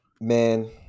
man